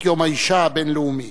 את יום האשה הבין-לאומי.